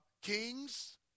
kings